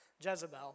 Jezebel